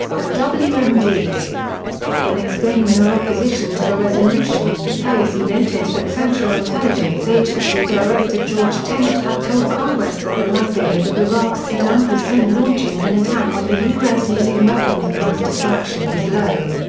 had wmds. in explaining her opposition to the resolution, pelosi noted that central intelligence agency director george tenet had told congress that the likelihood of iraq's saddam hussein launching an attack on the u s. using weapons of mass destruction was low.